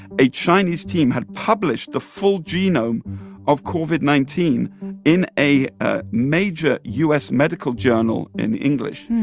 a chinese team had published the full genome of covid nineteen in a a major u s. medical journal in english.